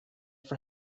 for